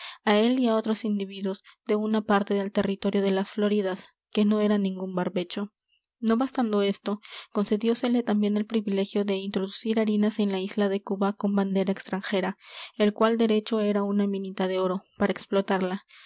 a él y a otros individuos de una parte del territorio de las floridas que no era ningún barbecho no bastando esto concediósele también el privilegio de introducir harinas en la isla de cuba con bandera extranjera el cual derecho era una minita de oro para explotarla